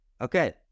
okay